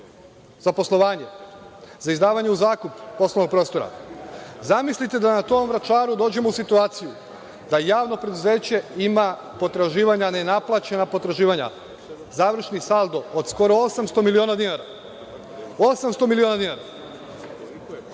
za poslovanje, za izdavanje u zakup poslovnog prostora, zamislite da na tom Vračaru dođemo u situaciju da Javno preduzeće ima potraživanja nenaplaćena, završnim saldom od skoro 800 miliona dinara. Revizijom, zvaničan